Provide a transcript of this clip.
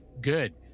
good